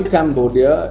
Cambodia